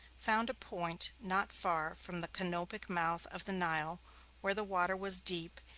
found a point not far from the canopic mouth of the nile where the water was deep,